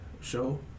show